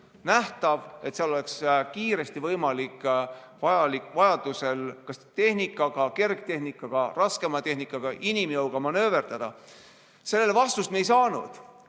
nähtav ja seal oleks kiiresti võimalik vajaduse korral kas tehnikaga, kergetehnikaga, raskema tehnikaga, inimjõuga manööverdada. Sellele vastust me ei saanud.